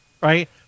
Right